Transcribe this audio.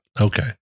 Okay